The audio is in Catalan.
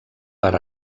per